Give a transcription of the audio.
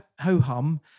ho-hum